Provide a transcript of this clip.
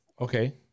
Okay